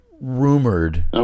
rumored